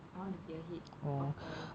I want to be ahead of time